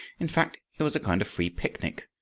in fact it was a kind of free picnic,